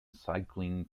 cycling